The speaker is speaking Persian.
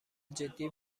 جدی